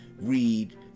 read